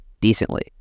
decently